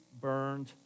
burned